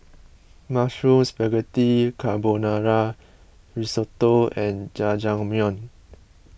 Mushroom Spaghetti Carbonara Risotto and Jajangmyeon